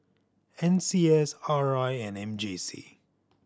N C S R I and M J C